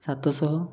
ସାତଶହ